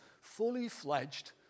fully-fledged